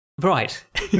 Right